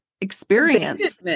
experience